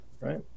right